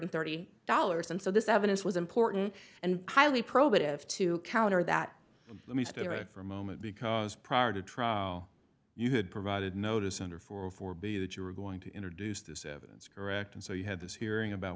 thirty dollars and so this evidence was important and highly probative to counter that let me state it for a moment because prior to trial you had provided notice under four four b that you were going to introduce this evidence correct and so you had this hearing about